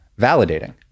validating